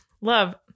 Love